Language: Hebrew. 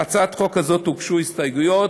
להצעת חוק הזאת הוגשו הסתייגויות.